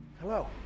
Hello